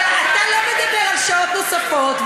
אבל אתה לא מדבר על שעות נוספות,